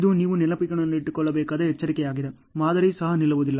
ಇದು ನೀವು ನೆನಪಿನಲ್ಲಿಟ್ಟುಕೊಳ್ಳಬೇಕಾದ ಎಚ್ಚರಿಕೆಯಾಗಿದೆ ಮಾದರಿ ಸಹ ನಿಲ್ಲುವುದಿಲ್ಲ